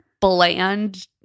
bland